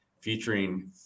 featuring